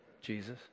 Jesus